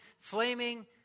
flaming